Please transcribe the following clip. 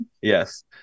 yes